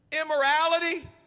immorality